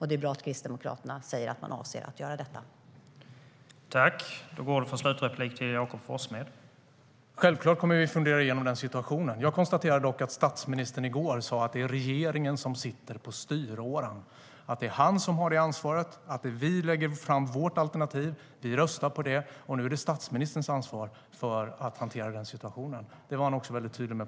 Det är bra att Kristdemokraterna säger att de avser att göra detta.